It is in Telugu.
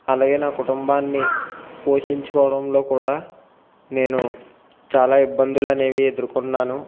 అలాగే నా కుటుంబాన్ని పోషించుకోవడంలో కూడా నేను చాలా ఇబ్బందులనేవి ఎదుర్కొన్నాను